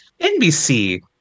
NBC